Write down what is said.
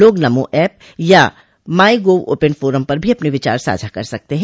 लोग नमो ऐप या My Gov open forum पर भी अपने विचार साझा कर सकते हैं